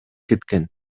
кеткен